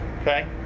okay